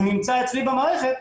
הוא נמצא אצלי במערכת,